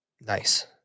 nice